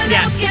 Yes